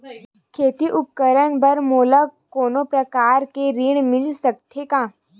खेती उपकरण बर मोला कोनो प्रकार के ऋण मिल सकथे का?